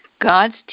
God's